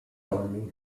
army